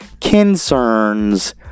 concerns